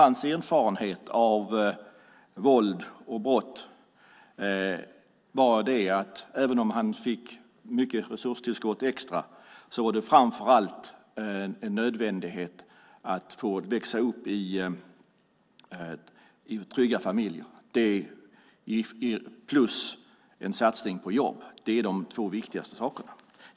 Hans erfarenhet av våld och brott var att även om polisen fick mycket resurstillskott var det framför allt en nödvändighet att få de unga att växa upp i trygga familjer. Detta och en satsning på jobb är de två viktigaste sakerna.